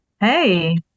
hey